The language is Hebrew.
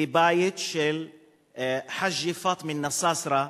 בית של אל-חאג'ה פאטמה אל-נצאצרה,